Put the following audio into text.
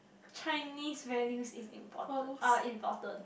Chinese values is important are important